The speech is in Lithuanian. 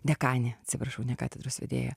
dekanė atsiprašau ne katedros vedėja